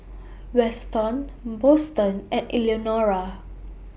Weston Boston and Eleonora